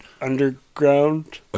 Underground